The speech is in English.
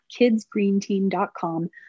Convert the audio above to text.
kidsgreenteam.com